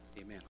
Amen